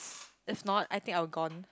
if not I think I'll gone